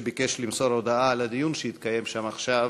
שביקש למסור הודעה על הדיון שהתקיים שם עכשיו,